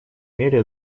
мере